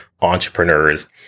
entrepreneurs